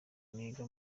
niga